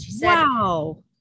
wow